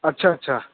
अच्छा अच्छा